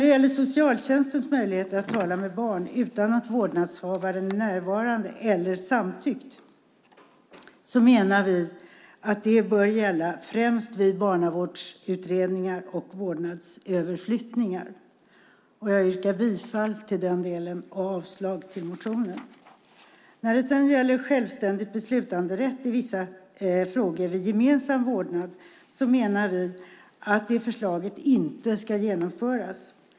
Vi menar att socialtjänstens möjligheter att tala med barn utan att vårdnadshavaren är närvarande eller har samtyckt bör gälla främst vid barnavårdsutredningar och vårdnadsöverflyttningar. Jag yrkar bifall till förslaget i den delen och avslag på motionen. Vi menar att förslaget om självständig beslutanderätt i vissa frågor vid gemensam vårdnad inte ska genomföras.